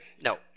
no